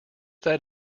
that